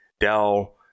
Dell